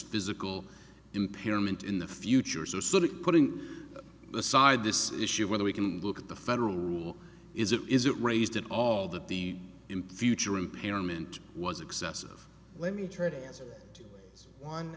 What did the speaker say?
physical impairment in the future so sort of putting aside this issue of whether we can look at the federal rule is it is it raised at all that the in future impairment was excessive let me try to answer